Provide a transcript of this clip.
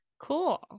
Cool